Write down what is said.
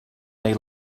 they